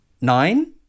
nine